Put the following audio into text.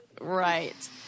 Right